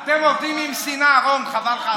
אתם עובדים עם שנאה, רון, חבל לך על הזמן.